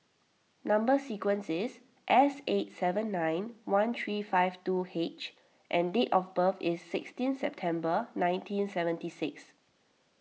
Number Sequence is S eight seven nine one three five two H and date of birth is sixteen September nineteen seventy six